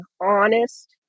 honest